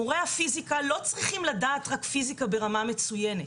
מורי הפיזיקה לא צריכים לדעת רק פיזיקה ברמה מצוינת,